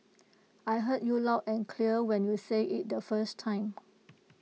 I heard you loud and clear when you said IT the first time